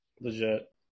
Legit